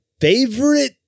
Favorite